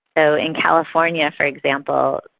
so in california, for example,